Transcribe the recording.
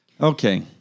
Okay